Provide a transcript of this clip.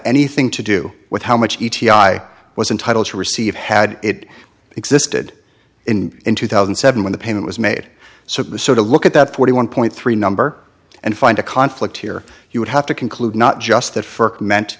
anything to do with how much e t i was entitled to receive had it existed in in two thousand and seven when the payment was made so the sort of look at that forty one point three number and find a conflict here you would have to conclude not just